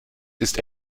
ist